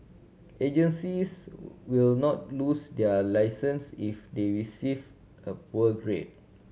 agencies will not lose their licence if they receive a poor grade